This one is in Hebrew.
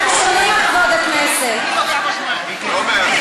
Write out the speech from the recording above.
(חברת הכנסת מיכל רוזין